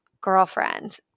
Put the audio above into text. girlfriend